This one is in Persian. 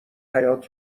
حیاط